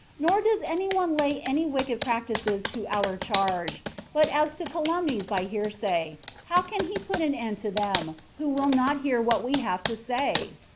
nor does any one lay any wicked practices to our charge but as to calumnies by hearsay, how can he put an end to them, who will not hear what we have to say?